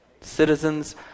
Citizens